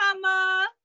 mama